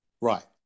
right